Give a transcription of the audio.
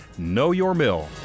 knowyourmill